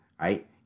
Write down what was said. right